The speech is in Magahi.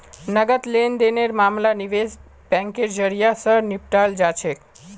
नकद लेन देनेर मामला निवेश बैंकेर जरियई, स निपटाल जा छेक